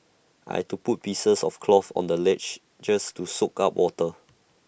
I had to put pieces of cloth on the ledges just to soak up water